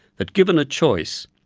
that given a choice,